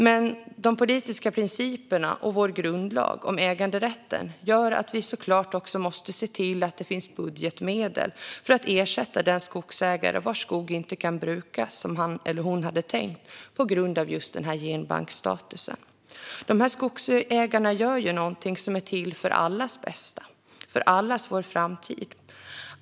Men de politiska principerna och vår grundlag om äganderätten gör att vi såklart också måste se till att det finns budgetmedel för att ersätta den skogsägare vars skog inte kan brukas som han eller hon hade tänkt på grund av denna genbanksstatus. De här skogsägarna gör någonting som är till för allas bästa och för allas vår framtid.